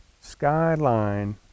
Skyline